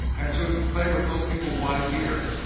and so to play what those people want to hear,